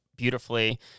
beautifully